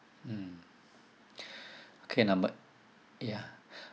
mm okay number ya